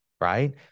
Right